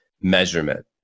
measurement